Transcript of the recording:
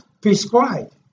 prescribed